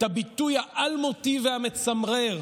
את הביטוי האלמותי והמצמרר: